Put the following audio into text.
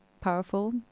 powerful